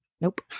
Nope